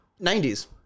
90s